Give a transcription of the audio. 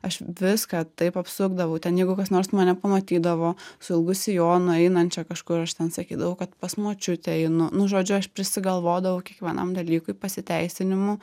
aš viską taip apsukdavau ten jeigu kas nors mane pamatydavo su ilgu sijonu einančią kažkur aš ten sakydavau kad pas močiutę einu nu žodžiu aš prisigalvodavau kiekvienam dalykui pasiteisinimų